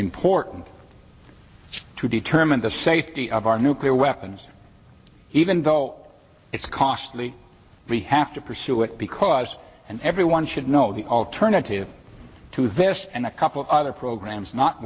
important to determine the safety of our nuclear weapons even though it's costly we have to pursue it because and everyone should know the alternative to this and a couple of other programs not